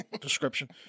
description